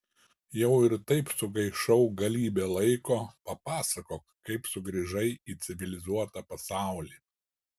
jau ir taip sugaišau galybę laiko papasakok kaip sugrįžai į civilizuotą pasaulį